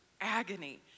agony